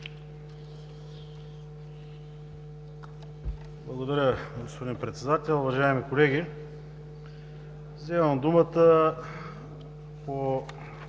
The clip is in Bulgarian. Благодаря, господин Председател. Уважаеми колеги, вземам думата по